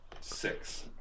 Six